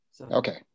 Okay